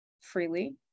freely